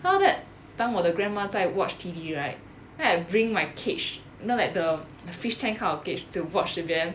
well that time 我的 grandma 在 watch T_V right then I bring my cage you know like the fish tank kind of cage to watch with them